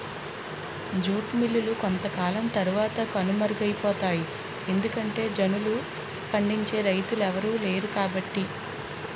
jute మిల్లులు కొంతకాలం తరవాత కనుమరుగైపోతాయి ఎందుకంటె జనుము పండించే రైతులెవలు లేరుకాబట్టి